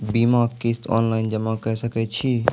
बीमाक किस्त ऑनलाइन जमा कॅ सकै छी?